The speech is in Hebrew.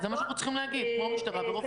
זה מה שאנחנו צריכים להגיד כמו משטרה ורופאים,